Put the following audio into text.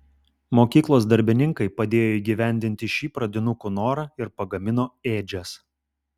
mokyklos darbininkai padėjo įgyvendinti šį pradinukų norą ir pagamino ėdžias